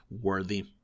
worthy